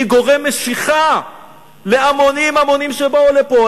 והיא גורם משיכה להמונים המונים שבאו לפה,